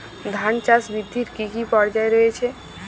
ধান চাষ বৃদ্ধির কী কী পর্যায় রয়েছে?